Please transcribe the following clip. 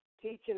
teaching